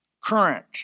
current